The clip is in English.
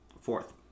fourth